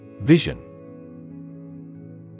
Vision